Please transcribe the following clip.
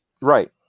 right